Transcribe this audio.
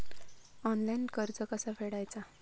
Online कर्ज कसा फेडायचा?